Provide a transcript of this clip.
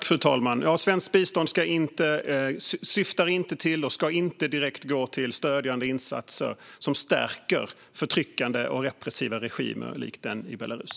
Fru talman! Ja, svenskt bistånd syftar inte till och ska inte direkt gå till stödjande insatser som stärker förtryckande och repressiva regimer som den i Belarus.